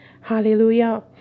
Hallelujah